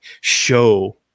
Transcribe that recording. show